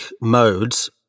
modes